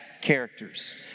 characters